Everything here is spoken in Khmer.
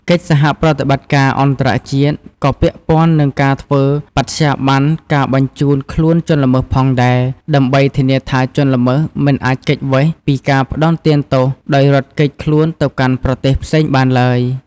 កិច្ចសហប្រតិបត្តិការអន្តរជាតិក៏ពាក់ព័ន្ធនឹងការធ្វើបត្យាប័នការបញ្ជូនខ្លួនជនល្មើសផងដែរ ដើម្បីធានាថាជនល្មើសមិនអាចគេចវេសពីការផ្តន្ទាទោសដោយរត់គេចខ្លួនទៅកាន់ប្រទេសផ្សេងបានឡើយ។